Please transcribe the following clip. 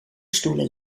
stoelen